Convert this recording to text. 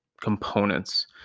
components